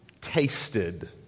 tasted